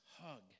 hug